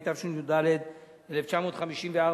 התשי"ד 1954,